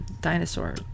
dinosaur